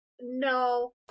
no